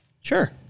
Sure